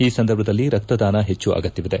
ಈ ಸಂದರ್ಭದಲ್ಲಿ ರಕ್ತದಾನ ಹೆಚ್ಚು ಅಗತ್ಯವಿದೆ